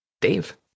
Dave